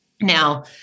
Now